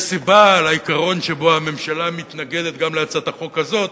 יש סיבה לעיקרון שבו הממשלה מתנגדת גם להצעת החוק הזאת,